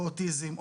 או אוטיזם,